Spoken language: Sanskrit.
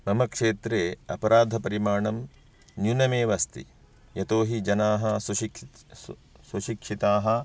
मम क्षेत्रे अपराधपरिमाणं न्यूनमेव अस्ति यतो हि जनाः सुशिक्षिताः